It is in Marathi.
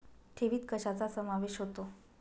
ठेवीत कशाचा समावेश होतो?